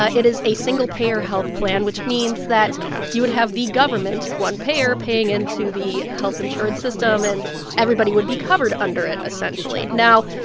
ah it is a single-payer health plan, which means that you would have the government one payer paying into the health insurance system, and everybody would be covered under it, essentially. now,